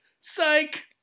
Psych